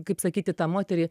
kaip sakyti tą moterį